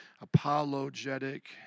Apologetic